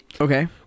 Okay